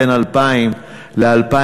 בין 2000 ל-2004,